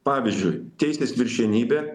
pavyzdžiui teisės viršenybė